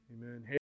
amen